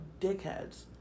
dickheads